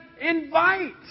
invite